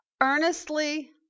Earnestly